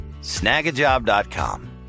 Snagajob.com